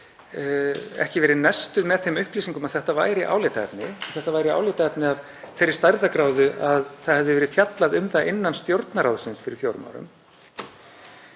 ekki verið nestuð með þeim upplýsingum að þetta væri álitaefni af þeirri stærðargráðu að það hefði verið fjallað um það innan Stjórnarráðsins fyrir fjórum árum,